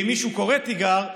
אם מישהו קורא תיגר,